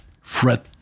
fret